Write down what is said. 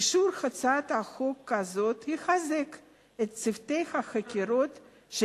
אישור הצעת חוק כזאת יחזק את צוותי החקירות של